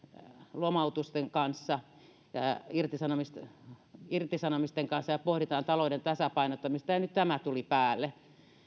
lomautusten kanssa irtisanomisten irtisanomisten kanssa ja pohditaan talouden tasapainottamista ja nyt tämä tuli päälle